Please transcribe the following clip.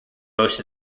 most